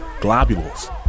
globules